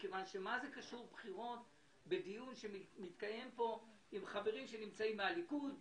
כי מה קשורות בחירות לדיון שמתקיים עם חברים שנמצאים מהליכוד,